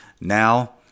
Now